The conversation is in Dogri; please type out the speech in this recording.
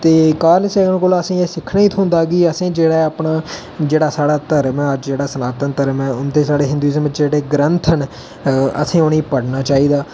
ते कार्लसैगन कोला असेंगी एह् सिक्खने गी थ्होंदा ऐ कि असेंगी अपना जेह्ड़ा साढ़ा धर्म ऐ सनातन धर्म उंदे जेहड़े हिंदुइजम च जेह्ड़े ग्रंथ न असें उ'नेंगी पढ़ना चाहिदा